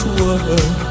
world